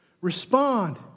Respond